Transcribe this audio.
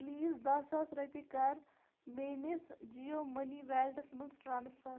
please داہ ساس رۄپیہِ کر میٲنِس جِیو مٔنی ویلٹس مَنٛز ٹرانسفر